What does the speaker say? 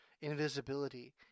Invisibility